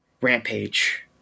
Rampage